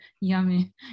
yummy